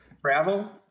travel